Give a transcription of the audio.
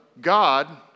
God